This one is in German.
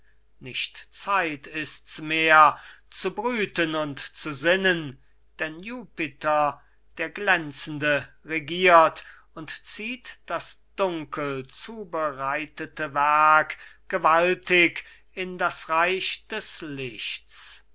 nicht zeit ists mehr zu brüten und zu sinnen denn jupiter der glänzende regiert und zieht das dunkel zubereitete werk gewaltig in das reich des lichts